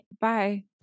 Bye